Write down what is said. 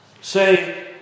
say